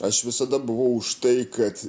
aš visada buvau už tai kad